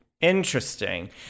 interesting